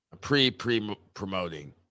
Pre-pre-promoting